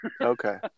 Okay